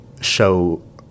show